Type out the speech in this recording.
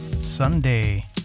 sunday